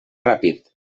ràpid